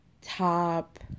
top